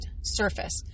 surface